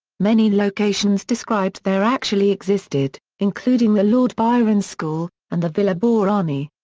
many locations described there actually existed, including the lord byron school and the villa bourani.